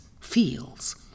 feels